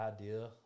idea